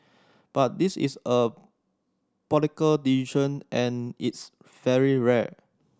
but this is a decision and it's very rare